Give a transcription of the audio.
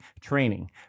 training